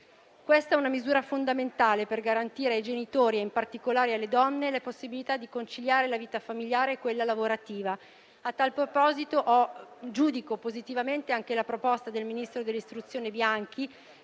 Questa è una misura fondamentale per garantire ai genitori e in particolare alle donne la possibilità di conciliare la vita familiare e quella lavorativa. A tal proposito, giudico positivamente anche la proposta del ministro dell'istruzione Bianchi,